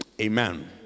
Amen